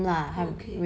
mm okay